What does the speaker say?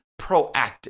proactive